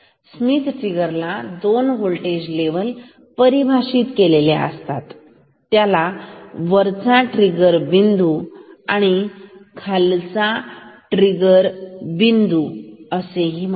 Smith trigger ला दोन voltage level परिभाषित केलेल्या असतात त्याला वरचा ट्रिगर बिंदू आणि खालचा ट्रिगर बिंदू असे म्हणतात